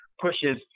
pushes